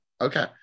Okay